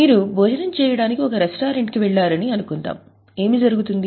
మీరు భోజనం చేయడానికి ఒక రెస్టారెంట్కు వెళ్లారని అనుకుందాం ఏమి జరుగుతుంది